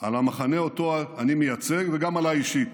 על המחנה שאותו אני מייצג וגם עליי אישית,